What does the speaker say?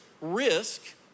risk